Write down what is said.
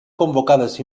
convocades